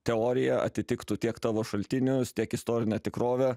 teorija atitiktų tiek tavo šaltinius tiek istorinę tikrovę